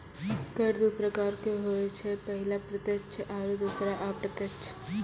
कर दु प्रकारो के होय छै, पहिला प्रत्यक्ष आरु दोसरो अप्रत्यक्ष